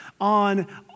on